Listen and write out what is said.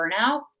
burnout